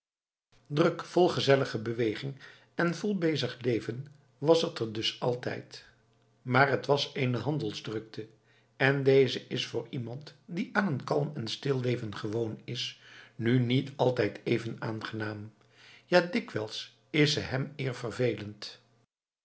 druk vol gezellige beweging en vol bezig leven was het er dus altijd maar het was eene handelsdrukte en deze is voor iemand die aan een kalm en stil leven gewoon is nu niet altijd even aangenaam ja dikwijls is ze hem eer vervelend